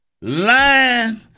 lying